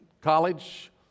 College